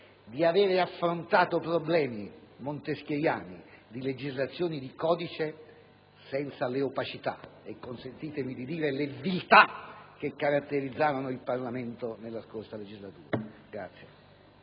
di aver affrontato problemi montesquieuiani di legislazioni di codice senza le opacità e, consentitemi di dire, le viltà che caratterizzarono il Parlamento nella scorsa legislatura.